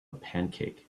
pancake